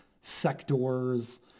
Sector's